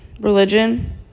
religion